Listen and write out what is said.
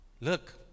look